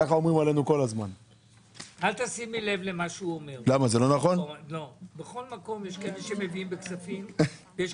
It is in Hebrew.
אני מתקין תקנות אלה: הוראת שעה לשנות הכספים 2023 ו-2024.